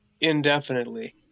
indefinitely